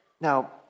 Now